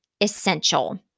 essential